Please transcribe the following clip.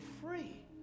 free